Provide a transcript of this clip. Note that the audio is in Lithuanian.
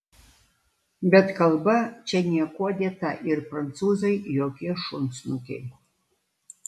bet kalba čia niekuo dėta ir prancūzai jokie šunsnukiai